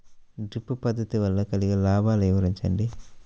Drip పద్దతి వల్ల కలిగే లాభాలు వివరించండి?